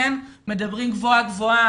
מדברים גבוהה גבוהה,